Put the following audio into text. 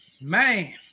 Man